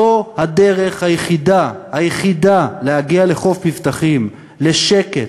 זו הדרך היחידה להגיע לחוף מבטחים, לשקט.